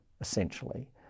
essentially